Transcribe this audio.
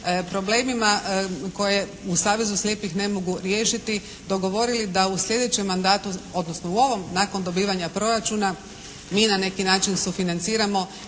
problemima koje u Savezu slijepih ne mogu riješiti, dogovorili da u sljedećem mandatu odnosno u ovom nakon dobivanja Proračuna mi na neki način sufinanciramo